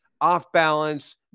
off-balance